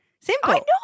Simple